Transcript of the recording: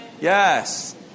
Yes